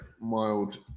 mild